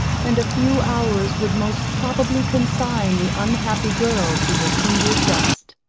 and a few hours would most probably consign the unhappy girl to her kindred dust.